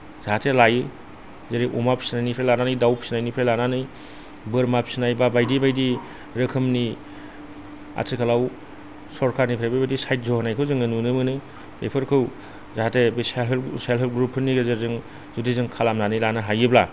जाहाथे लायो जेरै अमा फिसिनायनिफ्राय लानानै दाउ फिसिनायनिफ्राय लानानै बोरमा फिसिनाय बा बायदि बायदि रोखोमनि आथिखालाव सरखारनिफ्रायबो बेबादि साहायज्ज' होनायखौ जों नुनो मोनो बेफोरखौ जाहाथे बे सेल्फ हेल्प सेल्फ हेल्प ग्रुपनि गेजेरजों जुदि जों खालामनानै लानो हायोब्ला